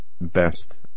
best